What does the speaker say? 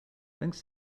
thanks